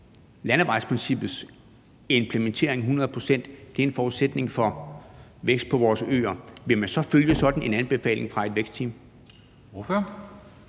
landevejsprincippets implementering hundrede procent er en forudsætning for vækst på vores øer, vil man så følge sådan en anbefaling fra et vækstteam?